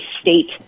state